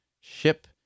ship